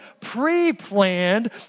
pre-planned